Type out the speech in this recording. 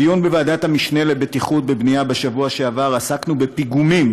בדיון בוועדת המשנה לבטיחות בבנייה בשבוע שעבר עסקנו בפיגומים,